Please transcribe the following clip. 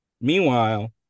Meanwhile